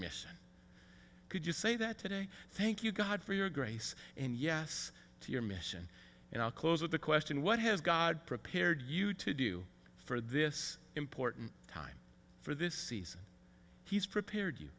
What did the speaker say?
mission could you say that today thank you god for your grace and yes to your mission and i'll close with the question what has god prepared you to do for this important time for this season he's prepared you